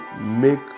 make